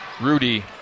Rudy